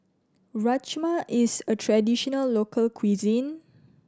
rajma is a traditional local cuisine